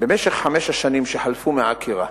במשך חמש השנים שחלפו מהעקירה,